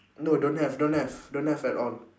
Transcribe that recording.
no don't have don't have don't have at all